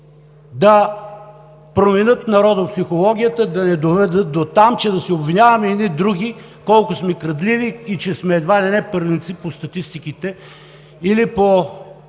да променят народопсихологията, да ни доведат дотам, че да се обвиняваме едни други колко сме крадливи и че сме едва ли не първенци по статистиките или по